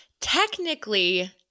technically